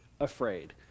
afraid